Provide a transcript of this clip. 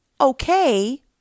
okay